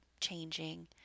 changing